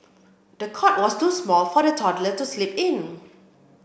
the cot was too small for the toddler to sleep in